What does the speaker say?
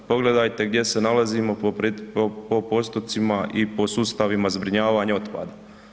Pogledajte gdje se nalazimo po postocima i po sustavima zbrinjavanja otpada?